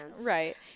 Right